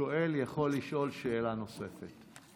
השואל יכול לשאול שאלה נוספת.